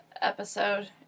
episode